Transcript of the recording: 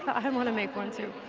i um want to make one, too.